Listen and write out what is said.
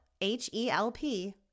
H-E-L-P